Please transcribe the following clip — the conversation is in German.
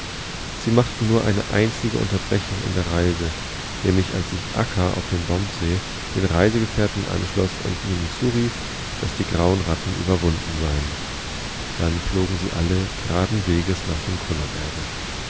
sie machten nur eine einzige unterbrechung in der reise nämlich als sich akkaaufdembombseedenreisegefährtenanschloßundihnenzurief daßdie grauen ratten überwunden seien dann flogen sie alle geraden weges nach demkullaberge